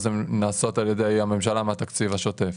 אז הן נעשות על ידי הממשלה מהתקציב השוטף.